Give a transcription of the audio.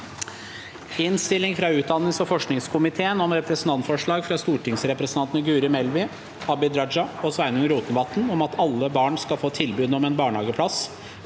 Innstilling fra utdannings- og forskningskomiteen om Representantforslag fra stortingsrepresentantene Guri Melby, Abid Raja og Sveinung Rotevatn om at alle barn skal få tilbud om en barnehageplass